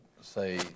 say